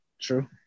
true